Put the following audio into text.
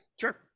Sure